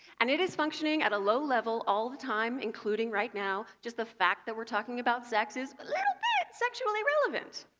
and it is functioning at a low level all the time, including right now, just the fact that we're talking about sex is a but little bit sexually relevant.